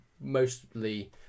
Mostly